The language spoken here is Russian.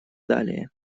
далее